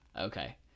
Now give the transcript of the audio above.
Okay